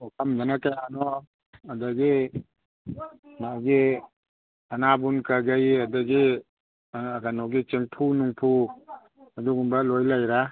ꯄꯨꯈꯝꯗꯅ ꯀꯌꯥꯅꯣ ꯑꯗꯒꯤ ꯃꯥꯒꯤ ꯁꯥꯅꯥꯕꯨꯟ ꯀꯩꯒꯩ ꯑꯗꯒꯤ ꯀꯩꯅꯣꯒꯤ ꯆꯦꯡꯐꯨ ꯅꯨꯡꯐꯨ ꯑꯗꯨꯒꯨꯝꯕ ꯂꯣꯏ ꯂꯩꯔꯦ